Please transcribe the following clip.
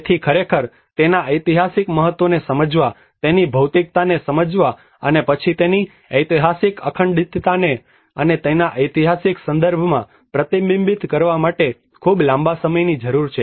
તેથી ખરેખર તેના એતિહાસિક મહત્વને સમજવા તેની ભૌતિકતાને સમજવા અને પછી તેની એતિહાસિક અખંડિતતા અને તેના એતિહાસિક સંદર્ભમાં પ્રતિબિંબિત કરવા માટે ખૂબ લાંબા સમયની જરૂર છે